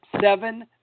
seven